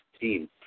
team